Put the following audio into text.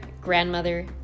grandmother